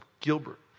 Gilbert